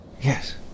Yes